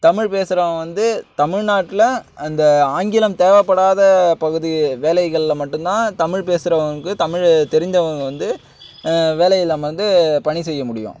தமிழ் பேசுறவங்கள் வந்து தமிழ்நாட்டில் அந்த ஆங்கிலம் தேவைப்படாத பகுதி வேலைகளில் மட்டும்தான் தமிழ் பேசுகிறவங்களுக்கு தமிழ் தெரிந்தவங்க வந்து வேலையில் அமர்ந்து பணி செய்ய முடியும்